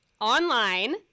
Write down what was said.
online